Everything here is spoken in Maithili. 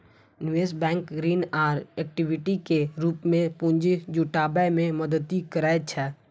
निवेश बैंक ऋण आ इक्विटी के रूप मे पूंजी जुटाबै मे मदति करै छै